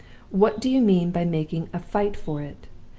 what do you mean by making a fight for it?